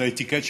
זה האטיקט שלו,